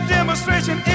demonstration